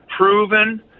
proven